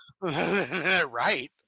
Right